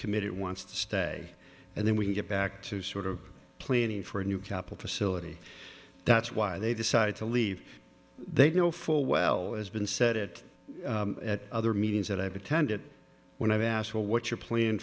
committed wants to stay and then we can get back to sort of planning for a new capital sillett that's why they decided to leave they know full well it's been said it at other meetings that i've attended when i've asked for what you're plan